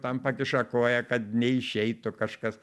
tam pakiša koją kad neišeitų kažkas